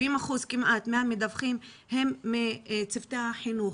70% כמעט מהמדווחים והמדווחות הם מצוותי החינוך.